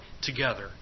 together